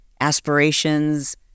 aspirations